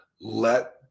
let